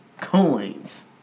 Coins